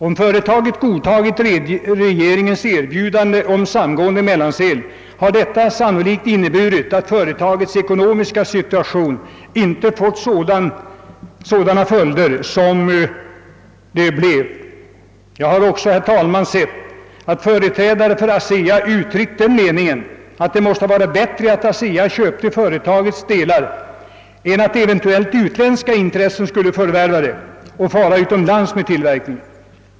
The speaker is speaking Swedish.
Om företaget accepterat regeringens erbjudande då det gäller samgående i Mellansel, hade detta sannolikt inneburit att företagets ekonomiska situation inte fått sådana följder som det blev. Jag har också, herr talman, sett att företrädare för ASEA uttryckt den meningen, att det måste vara bättre att ASEA köpte delar av företaget än att eventuellt utländska intressen skulle göra förvärvet och fara utomlands med tillverkningen.